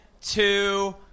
two